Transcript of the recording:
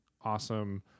awesome